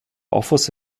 offers